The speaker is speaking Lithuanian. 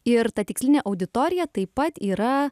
ir ta tikslinė auditorija taip pat yra